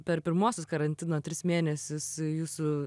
per pirmuosius karantino tris mėnesius jūsų